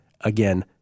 Again